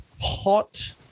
hot